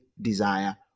desire